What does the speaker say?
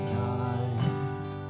night